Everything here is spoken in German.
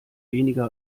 weniger